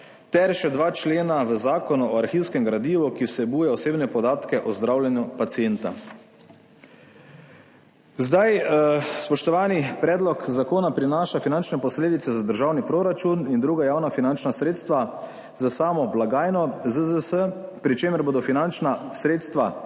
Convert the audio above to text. ter še 2 člena v Zakonu o arhivskem gradivu, ki vsebuje osebne podatke o zdravljenju pacienta. Spoštovani, predlog zakona prinaša finančne posledice za državni proračun in druga javna finančna sredstva za samo blagajno ZZZS, pri čemer bodo finančna sredstva